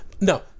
No